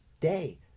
day